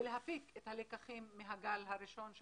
ולהפיק את הלקחים מהגל הראשון,